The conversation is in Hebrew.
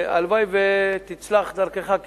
והלוואי שתצלח דרכך.